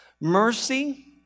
Mercy